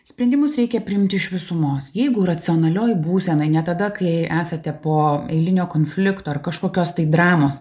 sprendimus reikia priimt iš visumos jeigu racionalioj būsenoj ne tada kai esate po eilinio konflikto ar kažkokios tai dramos